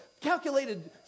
calculated